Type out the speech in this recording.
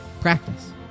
practice